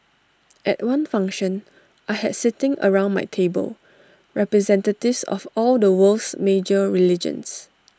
at one function I had sitting around my table representatives of all the world's major religions